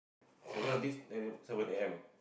seven on this seven A_M